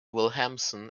williamson